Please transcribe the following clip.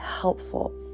helpful